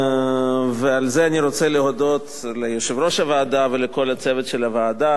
על זה אני רוצה להודות ליושב-ראש הוועדה ולכל הצוות של הוועדה,